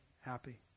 happy